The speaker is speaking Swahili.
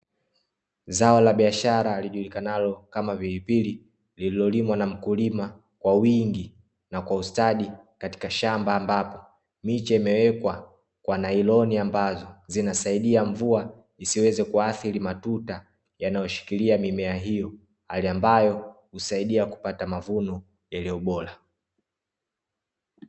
Zao la biashara lijukanalo kama pilipili lililolimwa na mkulima kwa wingi na kwa ustadi katika shamba, ambapo miche imewekwa kwa nailoni ambazo zinasaidia mvua isiweze kuathiri matuta yanayoshikilia mimea hiyo. Hali ambayo husaidia kupata mavuno yaliyo bora.